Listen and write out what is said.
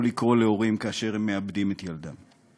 לקרות להורים כאשר הם מאבדים את ילדם?